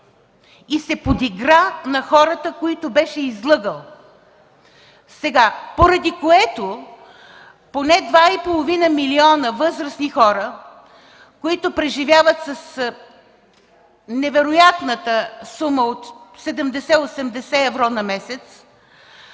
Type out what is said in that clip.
и се подигра на хората, които беше излъгал, поради което поне два и половина милиона възрастни хора, които преживяват с невероятната сума от 70-80 евро на месец,